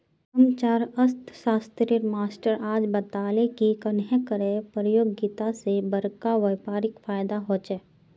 हम्चार अर्थ्शाश्त्रेर मास्टर आज बताले की कन्नेह कर परतियोगिता से बड़का व्यापारीक फायेदा होचे